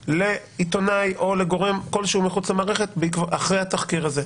לעיתונאי או לגורם כלשהו מחוץ למערכת אחרי התחקיר הזה?